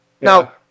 now